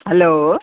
hello